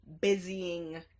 busying